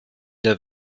der